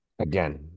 Again